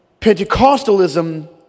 Pentecostalism